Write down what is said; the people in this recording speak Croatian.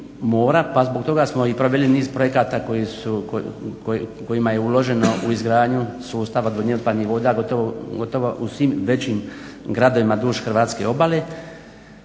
mora. Pa zbog toma smo i proveli niz projekata koji su, kojima je uloženo u izgradnju sustava …/Govornik se ne razumije./… voda, gotovo u svim većim gradovima duž hrvatske obale.